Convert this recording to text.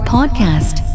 Podcast